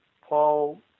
Paul